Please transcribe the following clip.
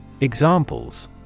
Examples